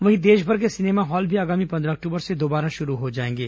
वहीं देशभर के सिनेमा हॉल भी आगामी पन्द्रह अक्टूबर से दोबारा शुरू हो जाएंगे